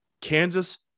Kansas